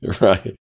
Right